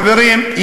חברים,